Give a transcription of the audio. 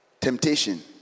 temptation